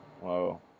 Whoa